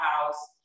house